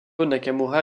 nakamura